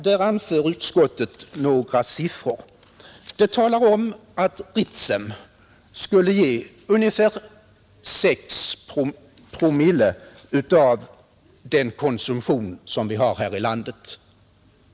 Där anför utskottet några siffror och säger att Ritsem skulle ge ungefär 8 promille — alltså åtta tusendelar — av årskonsumtionen här i landet.